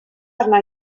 arna